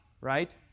right